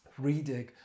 Redig